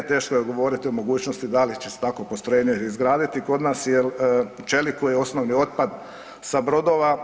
Teško je govoriti o mogućnosti da li će se takvo postrojenje izgraditi kod nas, jer čeliku je osnovni otpad sa brodova.